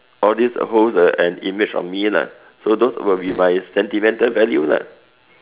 all this uh holds uh an image on me lah so those will be my sentimental value lah